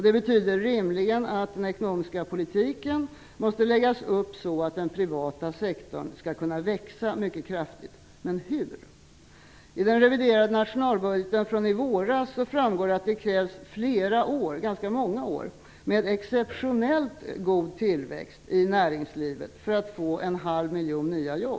Det betyder rimligen att den ekonomiska politiken måste läggas upp så att den privata sektorn kan växa mycket kraftigt - men hur? Av den reviderade nationalbudgeten från i våras framgår att det krävs ganska många år med en exceptionellt god tillväxt i näringslivet för att få 0,5 miljoner nya jobb.